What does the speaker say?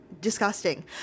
disgusting